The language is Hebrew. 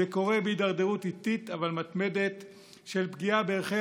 זה קורה בהידרדרות איטית אבל מתמדת של פגיעה בערכי